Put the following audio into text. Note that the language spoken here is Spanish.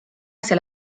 hacia